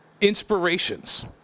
inspirations